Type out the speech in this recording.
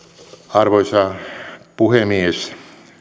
arvoisa puhemies